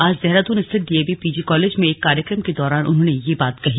आज देहरादून स्थित DAV PG college में एक कार्यक्रम के दौरान उन्होंने यह बात कही